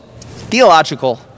theological